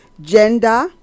gender